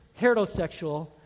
heterosexual